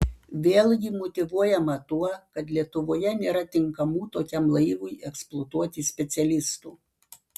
vėlgi motyvuojama tuo kad lietuvoje nėra tinkamų tokiam laivui eksploatuoti specialistų